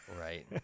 right